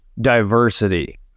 diversity